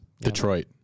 Detroit